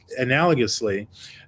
analogously